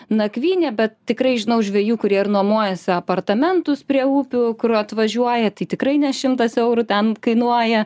nakvynė bet tikrai žinau žvejų kurie ir nuomojasi apartamentus prie upių kur atvažiuoja tai tikrai ne šimtas eurų ten kainuoja